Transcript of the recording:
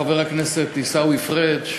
חבר הכנסת עיסאווי פריג',